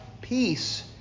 peace